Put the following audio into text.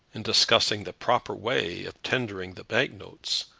in discussing the proper way of tendering the bank-notes,